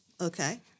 Okay